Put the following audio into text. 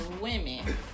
women